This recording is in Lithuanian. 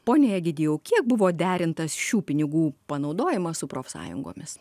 pone egidijau kiek buvo derintas šių pinigų panaudojimas su profsąjungomis